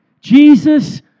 Jesus